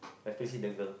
especially the girl